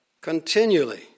Continually